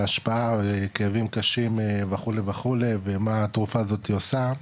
השפעה לכאבים קשים וכו' וכו' ומה התרופה הזאתי עושה,